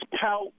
pout